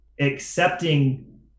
accepting